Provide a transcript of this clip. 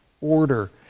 order